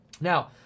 Now